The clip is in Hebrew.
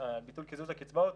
ביטול קיזוז הקצבאות,